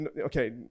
okay